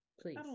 please